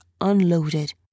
unloaded